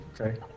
okay